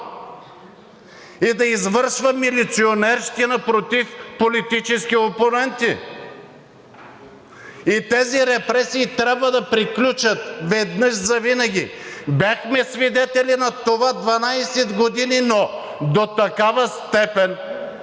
и да извършва милиционерщина против политически опоненти. Тези репресии трябва да приключат веднъж завинаги. Бяхме свидетели на това 12 години, но до такава степен